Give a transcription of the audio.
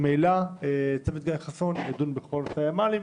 ממילא צוות חסון ידון בכל נושא הימ"לים,